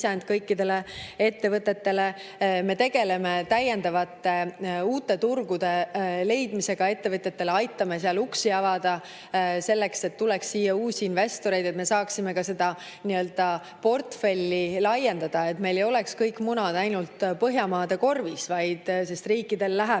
Me tegeleme uute turgude leidmisega ettevõtetele, aitame uksi avada, et siia tuleks uusi investoreid ja me saaksime seda nii-öelda portfelli laiendada, et meil ei oleks kõik munad ainult Põhjamaade korvis, sest riikidel läheb